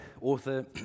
author